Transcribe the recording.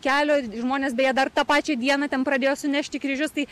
kelio žmonės beje dar tą pačią dieną ten pradėjo sunešti kryžius tai